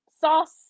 sauce